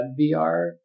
VR